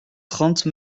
trente